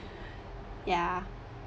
ya